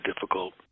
difficult